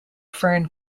fern